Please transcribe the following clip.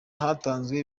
hatanzwe